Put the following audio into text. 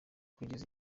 kugera